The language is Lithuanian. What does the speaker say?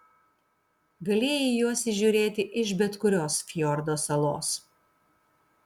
galėjai juos įžiūrėti iš bet kurios fjordo salos